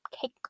cake